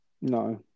No